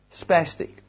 spastic